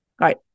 right